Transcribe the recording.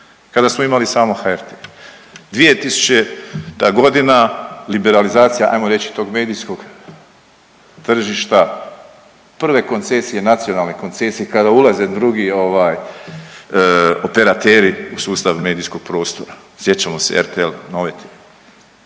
kada smo imali samo HRT. 2000.g. liberalizacija ajmo reći tog medijskog tržišta prve koncesije, nacionalne koncesije kada ulaze kada ulaze drugi operateri u sustav medijskog prostora, sjećamo se RTL, …